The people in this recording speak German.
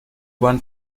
bahn